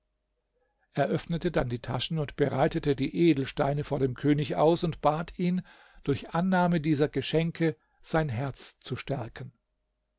öffnete dann die taschen und breitete die edelsteine vor dem könig aus und bat ihn durch annahme dieser geschenke sein herz zu stärken